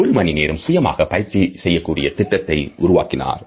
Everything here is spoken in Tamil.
ஒரு மணி நேர சுயமாக பயிற்சி செய்யக்கூடிய திட்டத்தை உருவாக்கினார்